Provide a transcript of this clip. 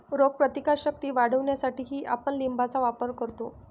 रोगप्रतिकारक शक्ती वाढवण्यासाठीही आपण लिंबाचा वापर करतो